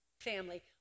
family